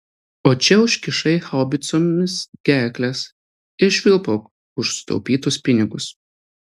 o čia užkišai haubicoms gerkles ir švilpauk už sutaupytus pinigus